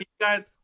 guys